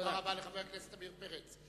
תודה רבה לחבר הכנסת עמיר פרץ.